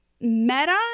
meta